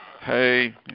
hey